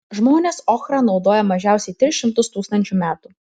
žmonės ochrą naudoja mažiausiai tris šimtus tūkstančių metų